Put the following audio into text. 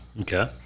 Okay